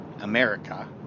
America